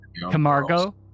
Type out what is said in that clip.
Camargo